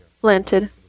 planted